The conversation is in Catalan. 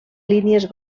línies